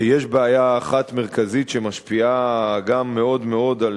שיש בעיה אחת מרכזית שמשפיעה גם מאוד מאוד על